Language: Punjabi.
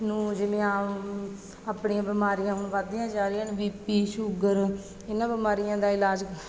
ਨੂੰ ਜਿਵੇਂ ਆਮ ਆਪਣੀਆਂ ਬਿਮਾਰੀਆਂ ਹੁਣ ਵੱਧਦੀਆਂ ਜਾ ਰਹੀਆਂ ਨੇ ਬੀ ਪੀ ਸ਼ੂਗਰ ਇਹਨਾਂ ਬਿਮਾਰੀਆਂ ਦਾ ਇਲਾਜ